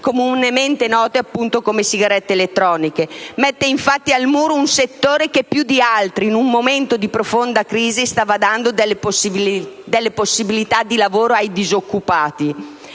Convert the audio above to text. comunemente note come "sigarette elettroniche", mette infatti al muro un settore che più di altri, in un momento di profonda crisi, stava dando delle possibilità di lavoro ai disoccupati.